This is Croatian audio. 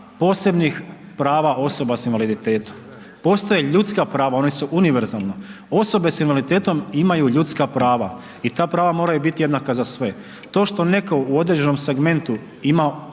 posebnih prava osoba sa invaliditetom, postoje ljudska prava, ona su univerzalna. Osobe s invaliditetom imaju ljudska prava i ta prava moraju biti jednaka za sve. To što netko u određenom segmentu ima